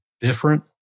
different